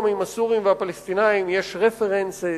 עם הסורים ועם הפלסטינים יש references,